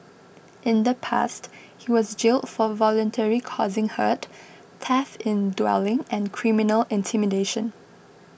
in the past he was jailed for voluntarily causing hurt theft in dwelling and criminal intimidation